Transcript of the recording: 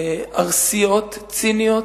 ארסיות, ציניות,